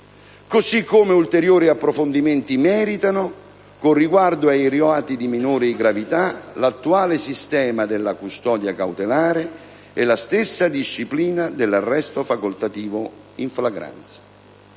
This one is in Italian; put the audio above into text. Così come ulteriori approfondimenti meritano, con riguardo ai reati di minore gravità, l'attuale sistema della custodia cautelare e la stessa disciplina dell'arresto facoltativo in flagranza: